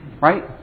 Right